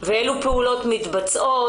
ואלו פעולות מתבצעות?